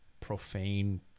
profane